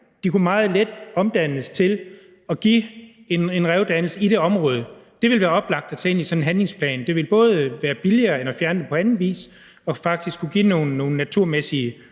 de kunne meget let omdannes til en revdannelse i det område. Det ville være oplagt at tage ind i sådan en handlingsplan. Det ville både være billigere end at fjerne dem på anden vis, og det ville faktisk også give nogle naturmæssige